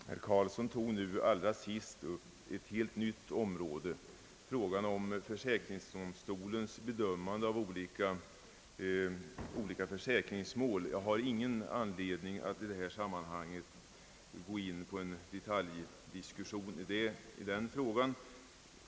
Herr talman! Herr Eric Carlsson tog allra sist upp ett helt nytt område: frågan om försäkringsdomstolens bedömande av olika försäkringsmål. Jag har ingen anledning att i detta sammanhang gå in på en detaljdiskussion av den frågan.